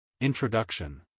Introduction